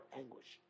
anguish